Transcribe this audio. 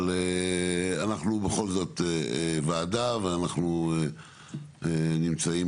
אבל אנחנו בכל זאת ועדה ואנחנו נמצאים,